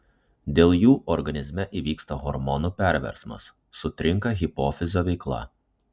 dėl jų organizme įvyksta hormonų perversmas sutrinka hipofizio veikla